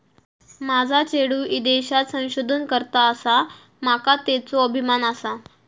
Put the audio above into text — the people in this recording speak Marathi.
माझा चेडू ईदेशात संशोधन करता आसा, माका त्येचो अभिमान आसा